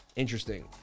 interesting